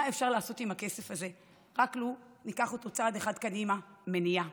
מה אפשר לעשות עם הכסף הזה לו רק ניקח אותו צעד אחד קדימה: מניעה.